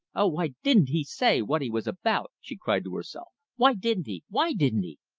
oh, why didn't he say what he was about? she cried to herself. why didn't he! why didn't he!